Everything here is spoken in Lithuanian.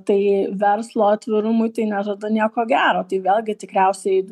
tai verslo atvirumu tai nežada nieko gero tai vėlgi tikriausiai